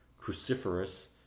cruciferous